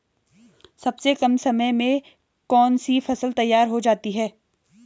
सबसे कम समय में कौन सी फसल तैयार हो जाती है?